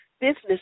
business